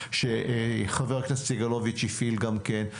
שחבר הכנסת סגלוביץ' הפעיל גם כן,